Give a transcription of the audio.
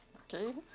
okay.